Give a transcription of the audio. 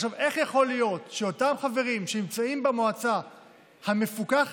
איך יכול להיות שאותם חברים שנמצאים במועצה המפוקחת